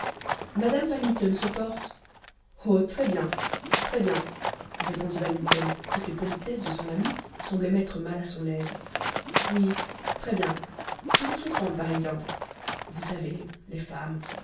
madame van mitten se porte oh très bien très bien répondit van mitten que ces politesses de son ami semblaient mettre mal à son aise oui très bien toujours souffrante par exemple vous savez les femmes